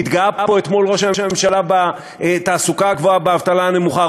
התגאה פה אתמול ראש הממשלה בתעסוקה הגבוהה ובאבטלה הנמוכה,